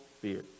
fear